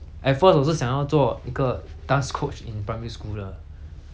at first 我是想要做一个 dance coach in primary school 的